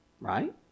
right